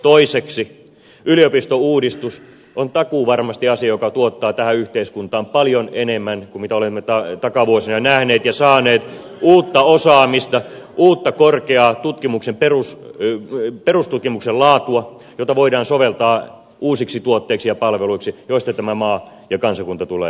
toiseksi yliopistouudistus on takuuvarmasti asia joka tuottaa tähän yhteiskuntaan paljon enemmän kuin olemme takavuosina nähneet ja saaneet uutta osaamista uutta korkeaa perustutkimuksen laatua jota voidaan soveltaa uusiksi tuotteiksi ja palveluiksi joista tämä maa ja kansakunta tulee elämään